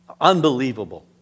Unbelievable